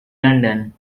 london